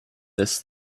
this